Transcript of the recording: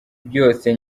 byose